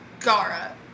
Gara